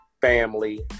family